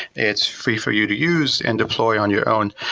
it's free for you to use and deploy on your own,